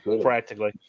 Practically